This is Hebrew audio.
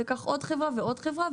וכך עוד חברה ועוד חברה.